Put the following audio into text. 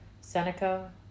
seneca